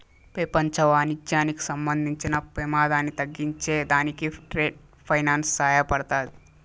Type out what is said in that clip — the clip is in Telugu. పెపంచ వాణిజ్యానికి సంబంధించిన పెమాదాన్ని తగ్గించే దానికి ట్రేడ్ ఫైనాన్స్ సహాయపడతాది